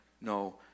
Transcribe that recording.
no